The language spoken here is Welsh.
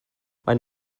maen